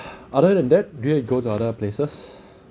other than that do you go to other places